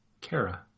Kara